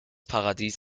paradies